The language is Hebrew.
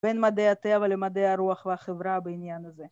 ‫בין מדעי הטבע למדעי הרוח ‫והחברה בעניין הזה.